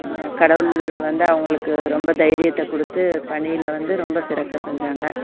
கடவுள் வந்து அவர்களுக்கு ரொம்ப தைரியத்தை கொடுத்து பணியில் வந்து ரொம்ப சிறக்க செஞ்சாங்க